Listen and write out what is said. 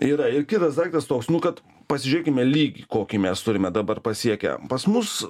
yra ir kitas daiktas toks nu kad pasižiūrėkime lyg kokį mes turime dabar pasiekę pas mus